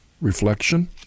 reflection